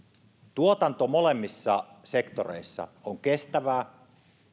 tuotanto molemmissa sektoreissa on kestävää